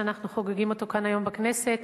שאנחנו חוגגים כאן היום בכנסת.